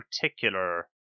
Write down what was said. particular